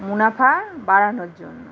মুনাফা বাড়ানোর জন্য